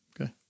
Okay